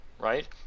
right